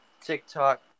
TikTok